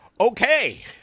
okay